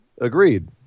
Agreed